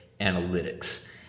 analytics